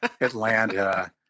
Atlanta